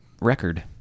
record